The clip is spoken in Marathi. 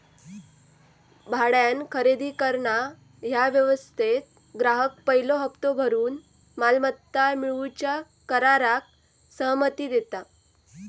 भाड्यान खरेदी करणा ह्या व्यवस्थेत ग्राहक पयलो हप्तो भरून मालमत्ता मिळवूच्या कराराक सहमती देता